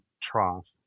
trough